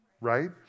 right